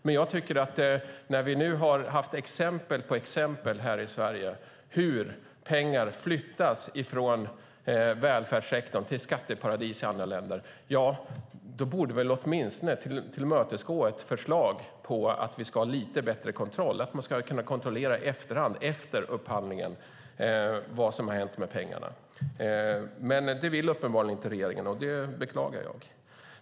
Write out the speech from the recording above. Men när vi nu har haft exempel på exempel här i Sverige på hur pengar flyttas från välfärdssektorn till skatteparadis i andra länder då borde man väl åtminstone tillmötesgå ett förslag om att vi ska ha lite bättre kontroll så att man ska kunna göra en kontroll i efterhand, efter upphandlingen, av vad som har hänt med pengarna. Men det vill uppenbarligen inte regeringen, och det beklagar jag.